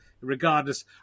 regardless